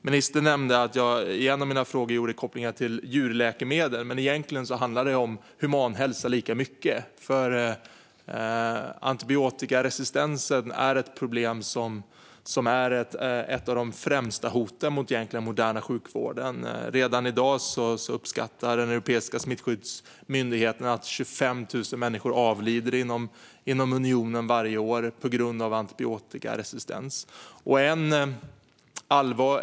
Ministern nämnde att jag genom mina frågor gjorde kopplingar till djurläkemedel, men egentligen handlar det lika mycket om humanhälsa eftersom antibiotikaresistensen är ett av de främsta hoten mot den moderna sjukvården. Redan i dag uppskattar den europeiska smittskyddsmyndigheten att 25 000 människor avlider inom unionen varje år på grund av antibiotikaresistens.